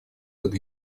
под